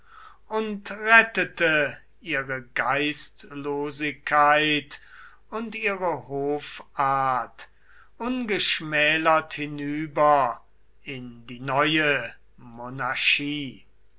und rettete ihre geistlosigkeit und ihre hoffart ungeschmälert hinüber in die neue monarchie